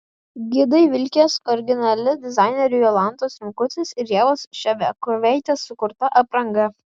gidai vilkės originalia dizainerių jolantos rimkutės ir ievos ševiakovaitės sukurta apranga